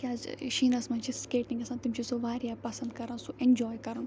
کیازِ ٲں شیٖنَس منٛز چھِ سِکیٹِنٛگ گژھان تِم چھِ سۄ واریاہ پَسنٛد کَران سُہ ایٚنجواے کَرُن